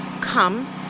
come